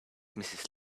mrs